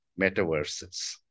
Metaverses